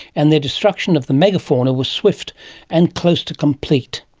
and their destruction of the megafauna was swift and close to complete.